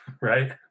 right